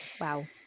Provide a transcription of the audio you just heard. Wow